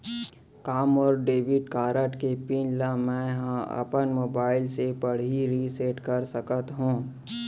का मोर debit card के पिन ल मैं ह अपन मोबाइल से पड़ही रिसेट कर सकत हो?